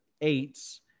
eights